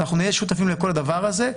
אנחנו נהיה שותפים לכל הדבר הזה,